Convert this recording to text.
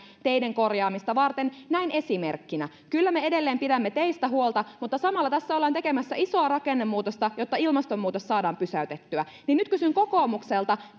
teiden korjaamista varten näin esimerkkinä kyllä me edelleen pidämme teistä huolta mutta samalla tässä ollaan tekemässä isoa rakennemuutosta jotta ilmastonmuutos saadaan pysäytettyä nyt kysyn kokoomukselta